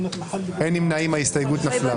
מהרישא ועד הסיפא.